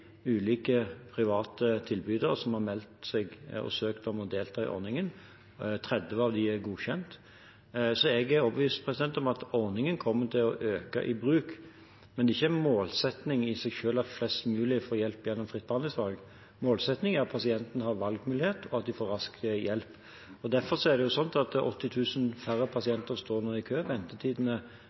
ulike private tilbydere som har meldt seg og søkt om å delta i ordningen, 30 av dem er godkjent. Jeg er overbevist om at ordningen kommer til å øke i bruk, men det er ikke en målsetting i seg selv at flest mulig får hjelp gjennom fritt behandlingsvalg. Målsettingen er at pasientene har valgmulighet, og at de raskt får hjelp. Derfor står 80 000 færre pasienter i kø, ventetidene går ned, og